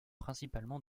principalement